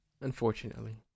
unfortunately